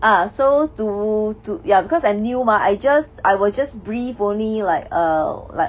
uh so to to ya because I new mah I just I will just brief only like err like